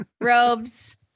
Robes